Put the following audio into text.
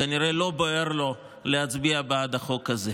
כנראה לא בוער לו להצביע בעד החוק הזה.